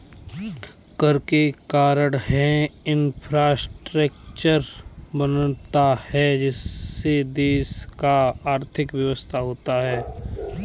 कर के कारण है इंफ्रास्ट्रक्चर बनता है जिससे देश का आर्थिक विकास होता है